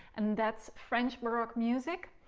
and that's french baroque music.